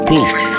Peace